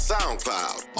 SoundCloud